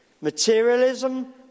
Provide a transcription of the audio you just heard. Materialism